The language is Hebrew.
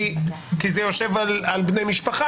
כי זה יושב על בני משפחה.